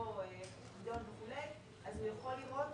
הוא יכול לראות